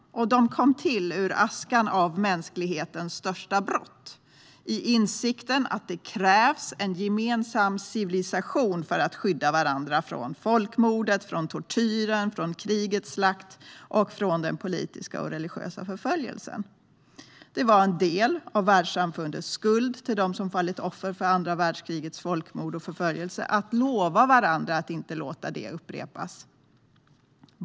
De kom till ur askan av mänsklighetens största brott i insikten att det krävs en gemensam civilisation för att vi ska kunna skydda varandra från folkmordet, från tortyren, från krigets slakt och från den politiska och religiösa förföljelsen. Det var en del av världssamfundets skuld till dem som fallit offer för andra världskrigets folkmord och förföljelse att lova varandra att inte låta det upprepas.